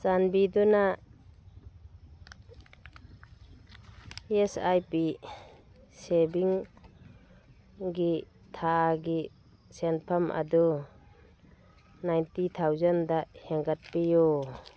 ꯆꯥꯟꯕꯤꯗꯨꯅ S I P ꯁꯦꯕꯤꯡꯒꯤ ꯊꯥꯒꯤ ꯁꯦꯟꯐꯝ ꯑꯗꯨ ꯅꯥꯏꯟꯇꯤ ꯊꯥꯎꯖꯟꯗ ꯍꯦꯟꯒꯠꯄꯤꯌꯨ